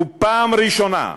ופעם ראשונה,